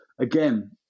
again